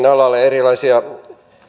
alalle erilaisia